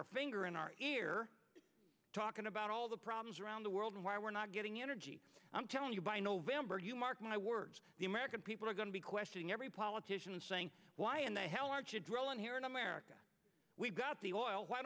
our finger in our ear talking about all the problems around the world where we're not getting energy i'm telling you by november you mark my words the american people are going to be questioning every politician saying why in the hell are you drawn here in america we've got the oil why